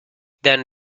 then